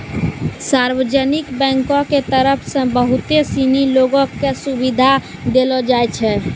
सार्वजनिक बैंको के तरफ से बहुते सिनी लोगो क सुविधा देलो जाय छै